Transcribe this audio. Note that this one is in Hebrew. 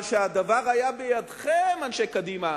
אבל כשהדבר היה בידיכם, אנשי קדימה,